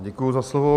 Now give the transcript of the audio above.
Děkuji za slovo.